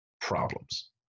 problems